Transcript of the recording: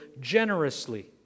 generously